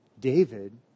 David